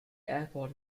airport